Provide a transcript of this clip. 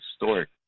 historic